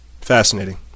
Fascinating